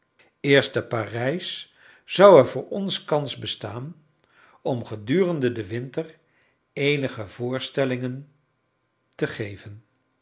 te parijs zou er voor ons kans bestaan om gedurende den winter eenige voorstellingen te geven